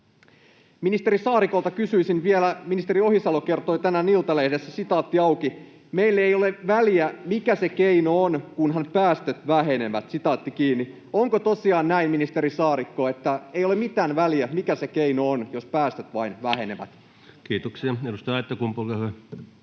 Ministeri Saarikolta kysyisin vielä tästä, kun ministeri Ohisalo kertoi tänään Iltalehdessä: ”Meille ei ole väliä, mikä se keino on, kunhan päästöt vähenevät.” Onko tosiaan näin, ministeri Saarikko, että ei ole mitään väliä, mikä se keino on, jos päästöt vain vähenevät? [Speech 102] Speaker: